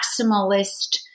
maximalist